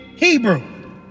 Hebrew